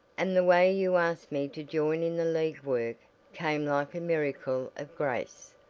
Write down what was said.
and the way you asked me to join in the league work came like a miracle of grace.